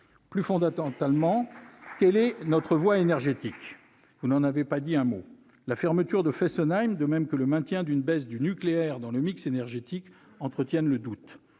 Plus fondamentalement, quelle est notre voie énergétique ? Vous n'en avez pas dit un mot. La fermeture de Fessenheim comme le maintien d'une baisse du nucléaire dans le mix énergétique entretiennent le doute.